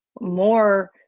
more